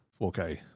4K